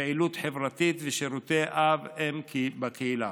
פעילות חברתית ושירותי אב-אם בקהילה.